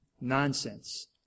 Nonsense